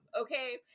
Okay